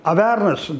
Awareness